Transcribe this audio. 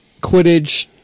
Quidditch